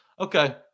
Okay